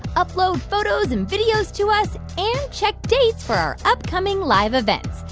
upload photos and videos to us and check dates for our upcoming live events.